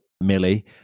Millie